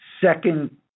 second